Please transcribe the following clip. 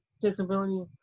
disability